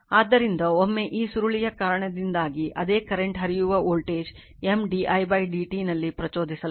ಆದ್ದರಿಂದ ಒಮ್ಮೆ ಈ ಸುರುಳಿಯ ಕಾರಣದಿಂದಾಗಿ ಅದೇ ಕರೆಂಟ್ ಹರಿಯುವ ವೋಲ್ಟೇಜ್ M di dt ನಲ್ಲಿ ಪ್ರಚೋದಿಸಲ್ಪಡುತ್ತದೆ